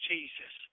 Jesus